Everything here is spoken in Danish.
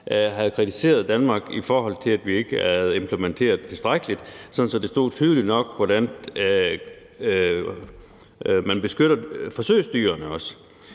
havde kritiseret Danmark, i forhold til at vi ikke havde implementeret det tilstrækkeligt, sådan at det stod tydeligt nok, hvordan man beskytter forsøgsdyrene.